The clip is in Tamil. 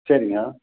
சரிங்க